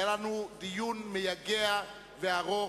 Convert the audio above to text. היה לנו דיון מייגע וארוך,